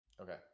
Okay